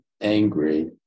angry